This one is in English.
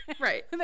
Right